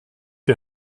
die